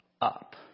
up